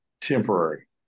temporary